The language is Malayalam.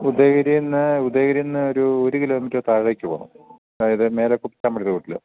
ഉദയഗിരിയിൽ നിന്ന് ഉദയഗിരിയിൽ നിന്ന് ഒരു ഒര് കിലോമീറ്റർ താഴേക്ക് പോകണം അതായത് മേലെ പള്ളി റോട്ടിൽ